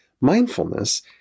Mindfulness